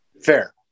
Fair